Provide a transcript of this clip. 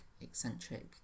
eccentric